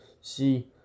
See